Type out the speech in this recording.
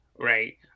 right